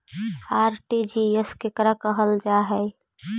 RTGS केकरा कहल जा है?